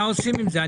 מה עושים עם זה?